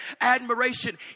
admiration